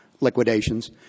liquidations